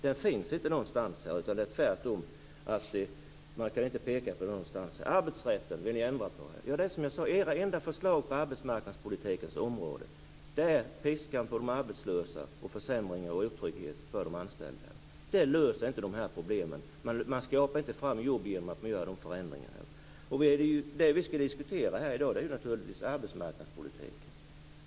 Det finns ingenstans. Man kan inte peka på det. Arbetsrätten vill ni också ändra på. Som jag sade förut: Era enda förslag på arbetsmarknadspolitikens område är piskan på de arbetslösa och försämringar och otrygghet för de anställda. Det löser inte de här problemen. Man skapar inte jobb genom dessa förändringar. Det vi skall diskutera här i dag är arbetsmarknadspolitik.